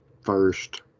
first